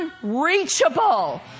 unreachable